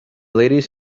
ladies